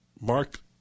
Mark